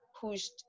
pushed